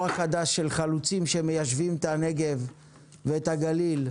החדש של חלוצים שמיישבים את הנגב ואת הגליל,